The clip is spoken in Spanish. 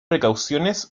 precauciones